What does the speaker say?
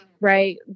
right